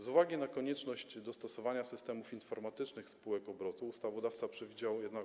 Z uwagi na konieczność dostosowania systemów informatycznych spółek obrotu ustawodawca przewidział jednak